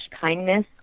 kindness